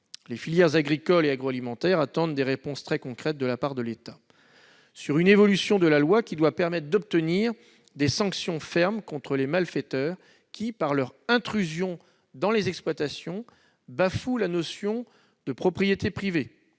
Les filières agricoles et agroalimentaires attendent des réponses très concrètes de la part de l'État : une évolution de la loi doit permettre de prononcer des sanctions fermes contre les malfaiteurs qui, par leurs intrusions dans les exploitations, bafouent la propriété privée.